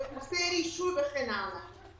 בקורסי רישוי וכן הלאה.